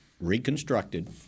reconstructed